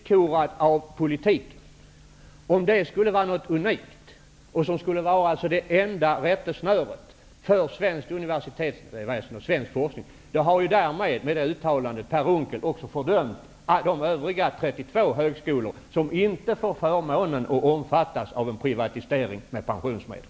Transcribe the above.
Herr talman! Om att inte vara villkorad av politiken skulle vara något unikt och det enda rättesnöret för svenskt universitetsväsende och svensk forskning, har Per Unckel med det uttalande fördömt de övriga 32 högskolor som inte får förmånen att omfattas av en privatisering med pensionsmedel.